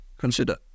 Consider